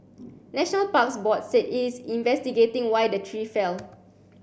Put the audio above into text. national Parks Board said it's investigating why the tree fell